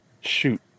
Shoot